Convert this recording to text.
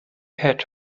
had